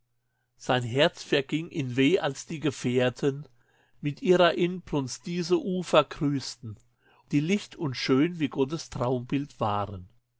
sein herz verging in weh als die gefährten mit irrer inbrunst diese ufer grüßten die licht und schön wie gottes traumbild waren